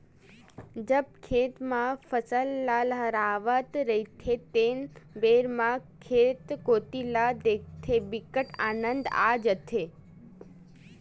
जब खेत म फसल ल लहलहावत रहिथे तेन बेरा म खेत कोती ल देखथे बिकट आनंद आ जाथे